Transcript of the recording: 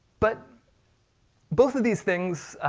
but both of these things,